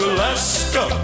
Alaska